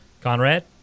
Conrad